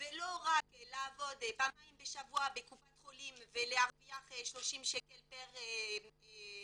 ולא רק לעבוד פעמיים בשבוע בקופת חולים ולהרוויח 30 שקל פר חולה,